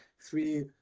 three